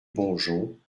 bonjon